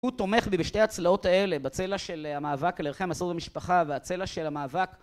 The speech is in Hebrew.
הוא תומך בי בשתי הצלעות האלה, בצלע של המאבק על ערכי המסורת במשפחה והצלע של המאבק